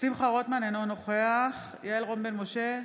שמחה רוטמן, אינו נוכח יעל רון בן משה,